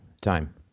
time